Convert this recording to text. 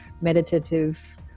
meditative